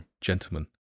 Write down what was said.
gentlemen